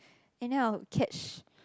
and then I'll catch